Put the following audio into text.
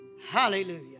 Hallelujah